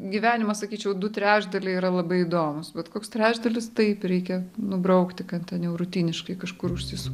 gyvenimas sakyčiau du trečdaliai yra labai įdomūs bet koks trečdalis taip reikia nubraukti kad ten jau rutiniškai kažkur užsisu